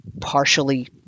partially –